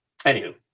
anywho